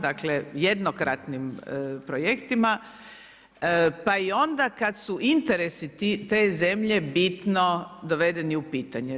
Dakle, jednokratnim projektima, pa i onda kad su interesi te zemlje bitno dovedeni u pitanje.